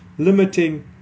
limiting